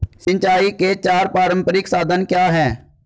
सिंचाई के चार पारंपरिक साधन क्या हैं?